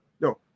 No